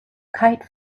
kite